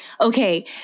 Okay